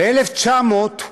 ב-1900,